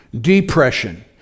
depression